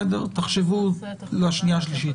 תחשבו לשנייה ושלישית.